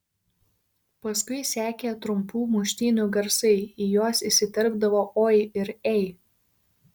paskui sekė trumpų muštynių garsai į juos įsiterpdavo oi ir ei